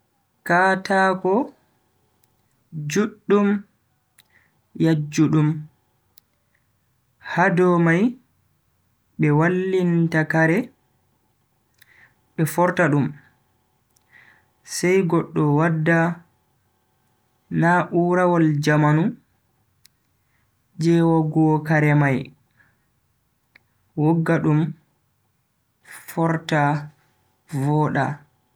Kataako juddum yajjudum. ha dow mai be wallinta kare be forta dum, sai goddo wadda na'urawol jamanu je woggugo kare mai wogga dum forta voda.